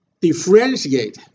differentiate